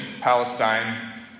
Palestine